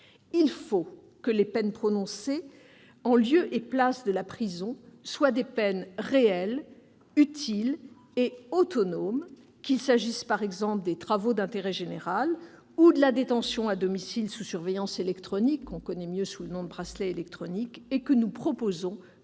Il faut que les peines prononcées en lieu et place de la prison soient des peines réelles, utiles et autonomes, qu'il s'agisse des travaux d'intérêt général ou de la détention à domicile sous surveillance électronique- c'est le « bracelet électronique »-, que nous proposons de